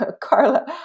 Carla